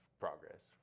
progress